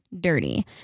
dirty